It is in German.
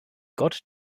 gott